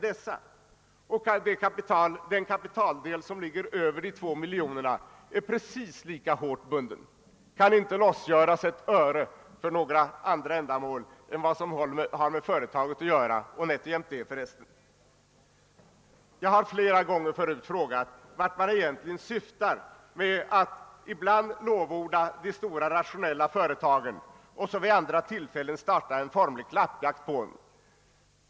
Den kapitaldel som ligger över de 2 miljonerna är precis lika hårt bunden som det övriga kapitalet -— det kan inte lösgöras ett enda öre för andra ändamål än vad som har med företaget att göra, och nätt och jämnt det för resten. Jag har flera gånger förut frågat vart man egentligen syftar med att ibland lovorda de stora, rationella företagen och så vid andra tillfällen starta en formlig klappjakt på dem.